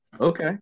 Okay